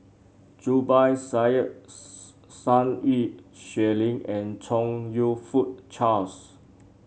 Zubir Said Sun Xueling and Chong You Fook Charles